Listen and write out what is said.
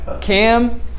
Cam